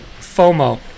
FOMO